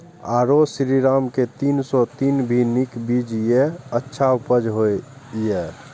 आरो श्रीराम के तीन सौ तीन भी नीक बीज ये अच्छा उपज होय इय?